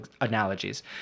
analogies